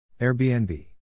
Airbnb